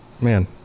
man